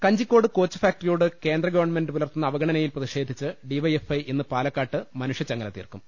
Kanjikode coach ഫാക്ടറിയോട് കേന്ദ്ര government പുലർത്തുന്ന അവഗണനയിൽ പ്രതിഷേധിച്ച് ഡിവൈഎഫ്ഐ ഇന്ന് പാലക്കാട്ട് മനുഷ്യച്ചങ്ങല തീർക്കും